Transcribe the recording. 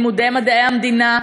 לימודי מדעי המדינה,